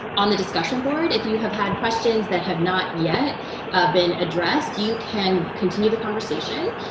on the discussion board, if you have had questions that have not yet been addressed, you can continue the conversation.